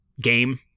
game